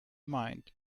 mind